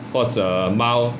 或者猫